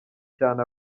cyane